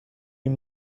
این